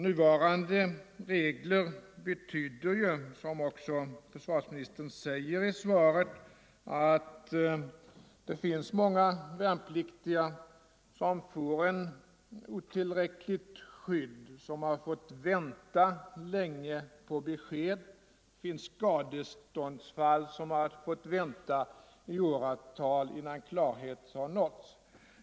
Nuvarande regler betyder, som försvarsministern också sade i sitt svar, att många värnpliktiga får ett otillräckligt skydd och kan få vänta länge på besked. Det finns skadeståndsfall som har fått vänta i åratal innan klarhet nåtts.